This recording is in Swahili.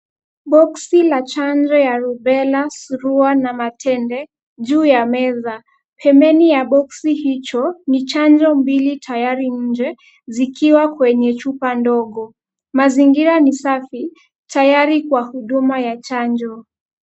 Boksi la chanjo ya Rubella, surua na matende juu ya meza. Pembeni ya boksi hicho ni chanjo mbili tayari nje zikiwa kwenye chupa ndogo. Mazingira ni safi tayari kwa huduma ya chanjo.